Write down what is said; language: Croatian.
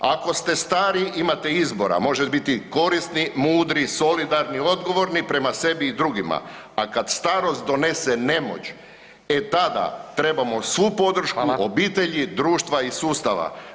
Ako ste stari imate izbora možete biti koristi, mudri, solidarni, odgovorni prema sebi i drugima, a kad starost donese nemoć, e tada trebamo svu podršku obitelji, društva i sustava.